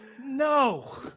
No